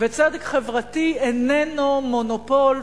וצדק חברתי איננו מונופול,